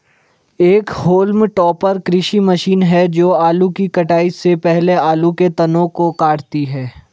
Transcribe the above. एक haulm topper कृषि मशीन है जो आलू की कटाई से पहले आलू के तनों को काटती है